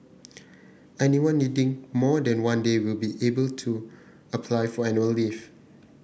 anyone needing more than one day will be able to apply for annual leave